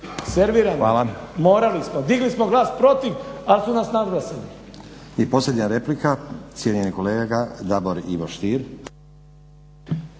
servirano. Morali smo, digli smo glas protiv ali su nas nadglasali. **Stazić, Nenad (SDP)** I posljednja replika, cijenjeni kolega Davor Ivo Stier.